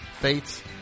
Fates